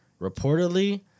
Reportedly